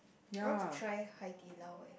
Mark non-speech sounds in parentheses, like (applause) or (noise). (noise) I want to try Hai-Di-Lao eh